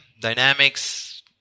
Dynamics